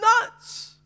nuts